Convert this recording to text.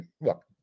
Look